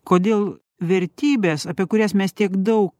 kodėl vertybės apie kurias mes tiek daug